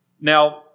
Now